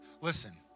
Listen